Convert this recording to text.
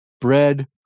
bread